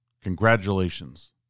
Congratulations